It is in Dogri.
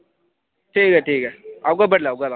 ठीक ऐ ठीक ऐ औगा बडलै औगा तां